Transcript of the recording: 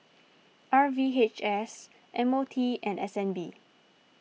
R V H S M O T and S N B